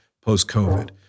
post-COVID